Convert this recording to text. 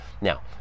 Now